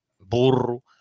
burro